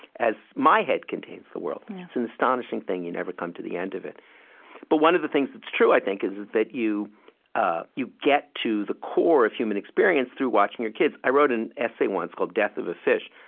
as my head contains the world. it's an astonishing thing. you never come to the end of it but one of the things that's true, i think, is that you ah you get to the core of human experience through watching your kids. i wrote an an essay once, called death of a fish,